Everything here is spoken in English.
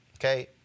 okay